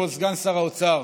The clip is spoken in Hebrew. כבוד סגן שר האוצר,